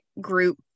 group